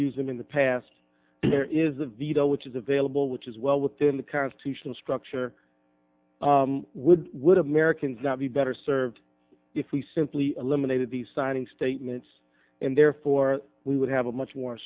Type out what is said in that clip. used them in the past there is a veto which is available which is well within the constitutional structure would would americans not be better served if we simply eliminated the signing statements and therefore we would have a much more